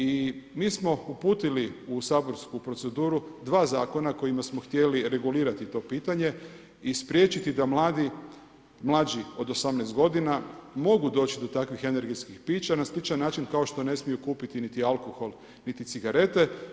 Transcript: I mi smo uputili u saborsku proceduru 2 zakona, kojima smo htjeli regulirati to pitanje i spriječiti da mlađi od 18 g. mogu doći do takvih energetskih pića, na sličan način kao što ne smiju kupiti niti alkohol niti cigarete.